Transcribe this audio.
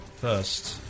first